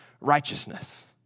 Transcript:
righteousness